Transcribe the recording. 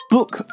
Book